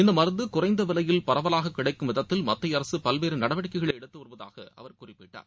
இந்த மருந்து குறைந்த விலைவில் பரவலாக கிடைக்கும் விதத்தில் மத்திய அரசு பல்வேறு நடவடிக்கைகளை எடுத்து வருவதாக அவர் குறிப்பிட்டார்